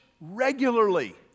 regularly